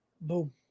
boom